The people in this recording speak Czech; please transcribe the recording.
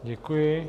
Děkuji.